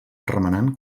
remenant